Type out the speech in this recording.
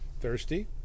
thirsty